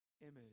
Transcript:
image